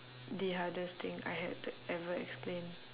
the hardest thing I had to ever explain